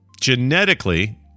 genetically